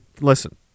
Listen